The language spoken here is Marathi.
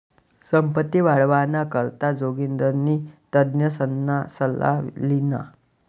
संपत्ती वाढावाना करता जोगिंदरनी तज्ञसना सल्ला ल्हिना